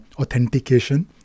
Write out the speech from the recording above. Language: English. authentication